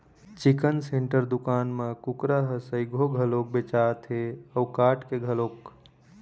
chicken centre दुकान म कुकरा ह सइघो घलोक बेचाथे अउ काट के घलोक